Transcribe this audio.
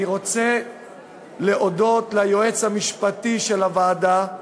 אני רוצה להודות ליועץ המשפטי של הוועדה,